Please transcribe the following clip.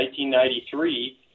1993